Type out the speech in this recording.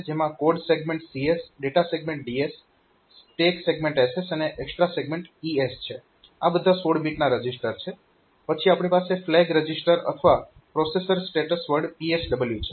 જેમાં code segment CS data segment DS stack segment SS અને extra segment ES છે આ બધા 16 બીટ રજીસ્ટર છે અને પછી આપણી પાસે ફ્લેગ રજીસ્ટર અથવા પ્રોસેસર સ્ટેટસ વર્ડ PSW છે